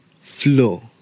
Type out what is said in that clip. flow